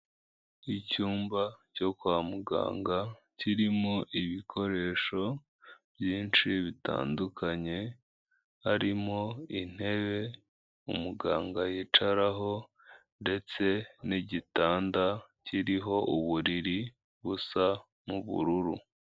Icyumba cyo kwa muganga kirimo ibikoresho byinshi bitandukanye, harimo intebe umuganga yicaraho, ndetse n'igitanda kiriho uburiri busa nk'ubururu.